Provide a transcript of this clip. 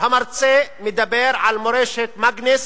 המרצה מדבר על מורשת מאגנס,